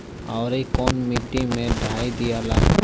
औवरी कौन माटी मे डाई दियाला?